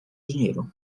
dinheiro